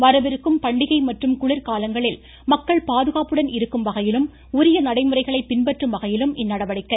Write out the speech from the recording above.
வரவிருக்கும் பண்டிகை மற்றும் குளிர் காலங்களில் மக்கள் பாதுகாப்புடன் இருக்கும் வகையிலும் உரிய நடைமுறைகளை பின்பற்றும் வகையிலும் இந்நடவடிக்கை